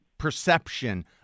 perception